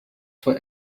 for